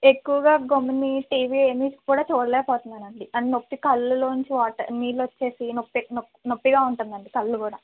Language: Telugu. ఎక్కువగా గమ్ముని టీవీ ఏమి కూడా చూడలేకపోతున్నానండి నొప్పి కళ్ళలోంచి వాటర్ నీళ్ళు వచ్చేసి నొప్పి నొప్పిగా ఉంటుందండి కళ్ళు కూడా